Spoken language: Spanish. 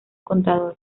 contador